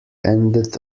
ended